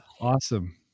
awesome